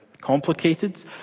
complicated